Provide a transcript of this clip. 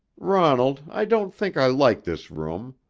ronald, i don't think i like this room.